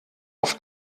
auf